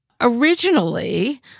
Originally